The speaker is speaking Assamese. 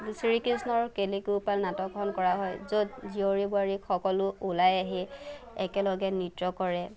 শ্ৰীকৃষ্ণৰ কেলিগোপাল নাটকখন কৰা হয় য'ত জীয়ৰী বোৱাৰী সকলো ওলাই আহি একেলগে নৃত্য় কৰে